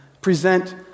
present